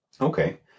okay